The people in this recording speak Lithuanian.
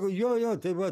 jo jo tai va